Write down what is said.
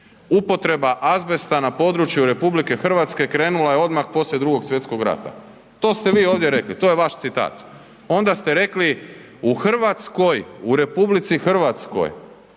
„upotreba azbesta na području RH krenula je odmah poslije II. Svjetskog rata“, to ste vi ovdje rekli, to je vaš citat. Onda ste rekli u Hrvatskoj u RH prvi